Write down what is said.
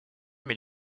mais